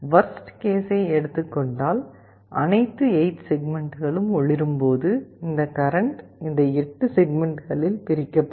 worst கேசை எடுத்துக்கொண்டால் அனைத்து 8 செக்மெண்ட்களும் ஒளிரும் போது இந்த கரண்ட் இந்த 8 செக்மெண்ட்களில் பிரிக்கப்படும்